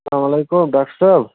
سلامُ علیکُم ڈاکٹَر صٲب